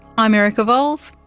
i'm erica vowles,